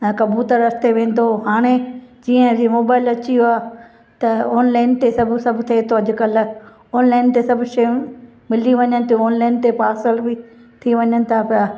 ऐं कबूतर रस्ते वेंदो हुओ हाणे जीअं अॼु मोबाइल अची वियो आहे त ऑनलाइन ते सभु सभ थिए थो अॼुकल्ह ऑनलाइन ते सभु शयूं मिली वञनि थियूं ऑनलाइन ते पार्सल बि थी वञनि था पिया